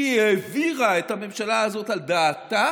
היא העבירה את הממשלה הזאת על דעתה,